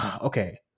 okay